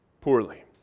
poorly